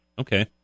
Okay